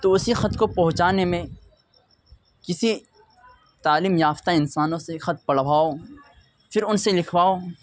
تو اسی خط کو پہنچانے میں کسی تعلیم یافتہ انسانوں سے خط پڑھواؤ پھر ان سے لکھواؤ